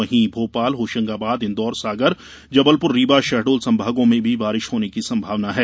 वहीं भोपाल होशंगाबाद इंदौर सागर जबलप्र रीवा शहडोल संभागों में भी बारिश होने की संभावना है